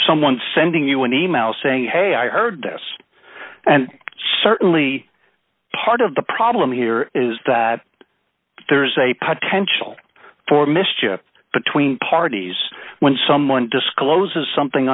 someone sending you an e mail saying hey i heard this and certainly part of the problem here is that there is a potential for mischief between parties when someone discloses something